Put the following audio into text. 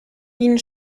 ihnen